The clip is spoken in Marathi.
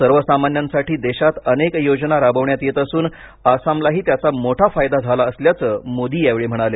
सर्वसामान्यांसाठी देशात अनेक योजना राबविण्यात येत असून आसामलाही त्याचा मोठा फायदा झाला असल्याचं मोदी यावेळी म्हणाले